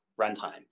runtime